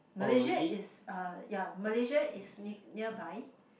Malaysia is uh ya Malaysia is nea~ nearby